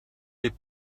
les